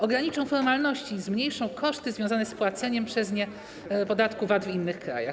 Ograniczą formalności i zmniejszą koszty związane z płaceniem przez nie podatku VAT w innych krajach.